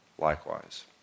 likewise